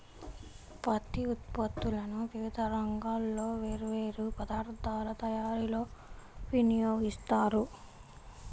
పత్తి ఉత్పత్తులను వివిధ రంగాల్లో వేర్వేరు పదార్ధాల తయారీలో వినియోగిస్తారు